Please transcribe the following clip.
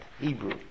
Hebrew